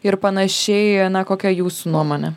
ir panašiai na kokia jūsų nuomonė